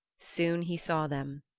soon he saw them.